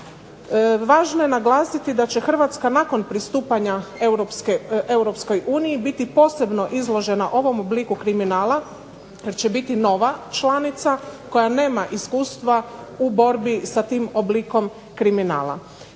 Važno je naglasiti da će Hrvatska nakon pristupanja Europskoj uniji biti posebno izložena ovom obliku kriminala, jer će biti nova članica koja nema iskustva u borbi sa tim oblikom kriminala.